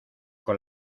con